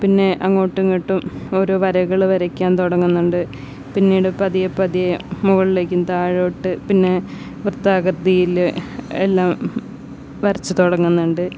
പിന്നെ അങ്ങോട്ടും ഇങ്ങോട്ടും ഓരോ വരകൾ വരയ്ക്കാൻ തുടങ്ങുന്നുണ്ട് പിന്നീട് പതിയെ പതിയെ മുകളിലേക്കും താഴോട്ട് പിന്നെ വൃത്താകൃതിയിൽ എല്ലാം വരച്ച് തുടങ്ങുന്നുണ്ട്